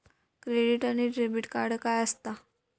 Credit आणि debit काय असता?